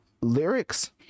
lyrics